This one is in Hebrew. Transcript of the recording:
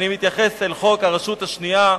אני מתייחס לחוק הרשות השנייה,